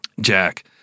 Jack